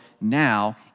now